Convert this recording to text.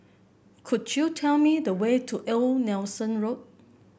could you tell me the way to Old Nelson Road